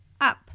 up